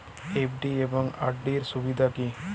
FD এবং RD এর সুবিধা কী?